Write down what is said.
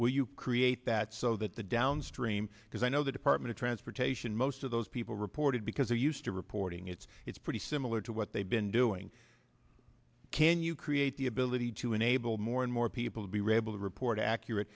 will you create that so that the downstream because i know the department of transportation most of those people reported because they used to reporting it's it's pretty similar to what they've been doing can you create the ability to enable more and more people would be rabble to report accurate